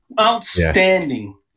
Outstanding